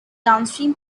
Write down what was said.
downstream